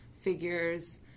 figures